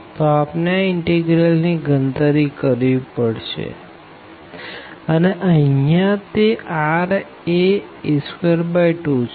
તો આપણે આ ઇનટીગ્રલ ની ગણતરી કરવી પડશે અને અહિયાં તે r એ a22 છે